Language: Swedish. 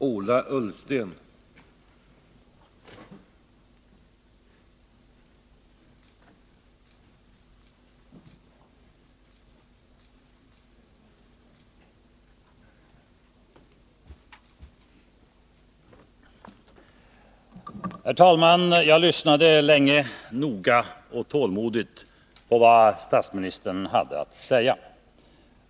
Herr talman! Jag lyssnade länge, noga och tålmodigt på vad statsministern hade att säga.